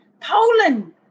poland